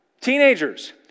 Teenagers